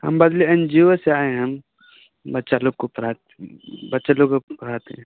हम बाजलियै N G O से आए है हम बच्चा लोक को पढ़ाते बच्चे लोक को पढ़ाते है